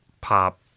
pop